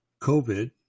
COVID